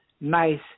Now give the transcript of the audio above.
Nice